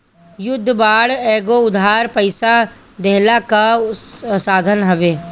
युद्ध बांड एगो उधार पइसा लेहला कअ साधन हवे